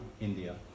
India